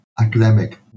academic